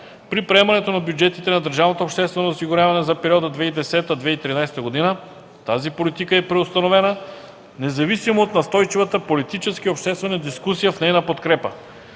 обществено осигуряване за периода 2010 2013 г. тази политика е преустановена, независимо от настойчивата политическа и обществена дискусия в нейна подкрепа.